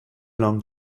long